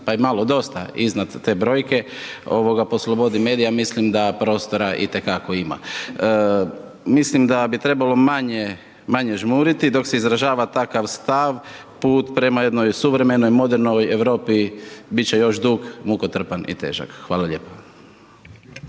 pa i malo dosta iznad te brojke, po slobodi medija, mislim da prostora itekako ima. Mislim da bi trebalo manje žmuriti, dok se izražava takav stav prema jednoj suvremenoj, modernoj Europi, bit će još dug, mukotrpan i težak. Hvala lijepo.